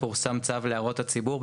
פורסם צו להערות הציבור,